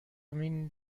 نمی